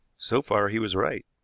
so far he was right.